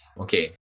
okay